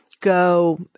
go